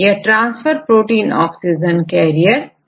यह transfer protein oxygen carrier protein है